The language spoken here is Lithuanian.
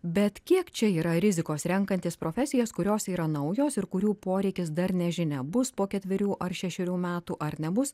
bet kiek čia yra rizikos renkantis profesijas kurios yra naujos ir kurių poreikis dar nežinia bus po ketverių ar šešerių metų ar nebus